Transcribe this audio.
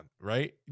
right